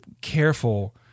careful